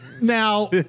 Now